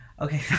Okay